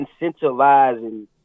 incentivizing